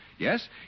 Yes